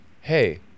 hey